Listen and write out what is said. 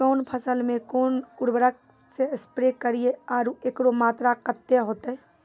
कौन फसल मे कोन उर्वरक से स्प्रे करिये आरु एकरो मात्रा कत्ते होते?